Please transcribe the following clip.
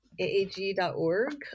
aag.org